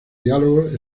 diálogos